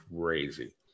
crazy